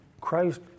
Christ